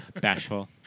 Bashful